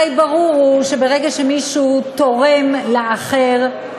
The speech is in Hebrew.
הרי ברור שברגע שמישהו תורם לאחר,